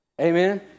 Amen